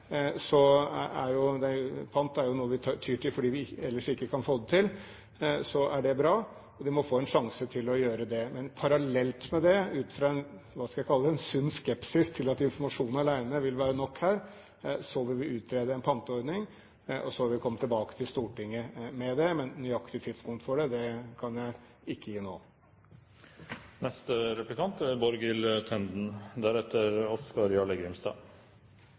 er jo noe vi tyr til fordi vi ellers ikke kan få det til – er det bra. De må få en sjanse til å gjøre det. Men parallelt med det, ut fra – hva skal jeg kalle det – en sunn skepsis til at informasjon alene vil være nok her, vil vi utrede en panteordning, og så vil vi komme tilbake til Stortinget med det. Men nøyaktig tidspunkt for det kan jeg ikke gi